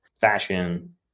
fashion